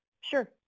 Sure